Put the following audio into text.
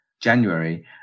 January